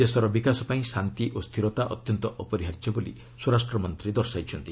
ଦେଶର ବିକାଶ ପାଇଁ ଶାନ୍ତି ଓ ସ୍ଥିରତା ଅତ୍ୟନ୍ତ ଅପରିହାର୍ଯ୍ୟ ବୋଲି ସ୍ୱରାଷ୍ଟ୍ରମନ୍ତ୍ରୀ ଦର୍ଶାଇଛନ୍ତି